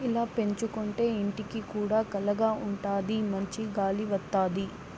ఇలా పెంచుకోంటే ఇంటికి కూడా కళగా ఉంటాది మంచి గాలి వత్తది